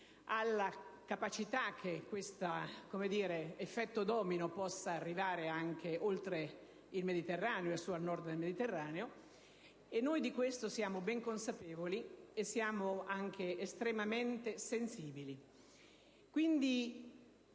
alla capacità che questo effetto domino possa arrivare anche oltre il Mediterraneo e a Nord del Mediterraneo, e noi di questo siamo ben consapevoli e siamo anche estremamente sensibili